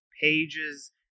pages